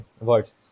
words